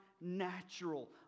natural